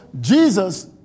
Jesus